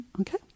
okay